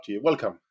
Welcome